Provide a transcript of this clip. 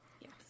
yes